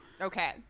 Okay